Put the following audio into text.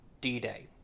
D-Day